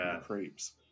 creeps